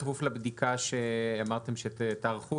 בכפוף לבדיקה שאמרתם שתערכו,